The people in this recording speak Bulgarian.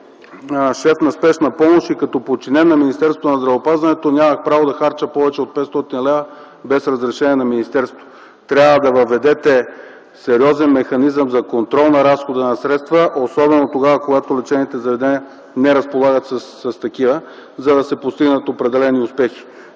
шеф на Спешна помощ и като подчинен на Министерството на здравеопазването нямах право да харча повече от 500 лв. без разрешение на министерството. Трябва да въведете сериозен механизъм за контрол на разхода на средства, особено когато лечебните заведения не разполагат с такива, за да се постигнат определени успехи.